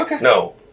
No